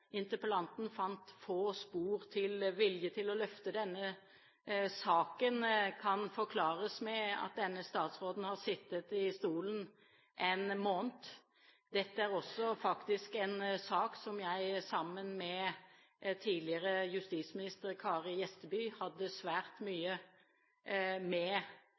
interpellanten fant «få spor» til vilje til å løfte denne saken, kan forklares med at denne statsråden har sittet i stolen en måned. Dette er faktisk også en sak som jeg, sammen med tidligere justisminister Kari Gjesteby, hadde svært mye med